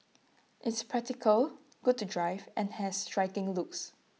it's practical good to drive and has striking looks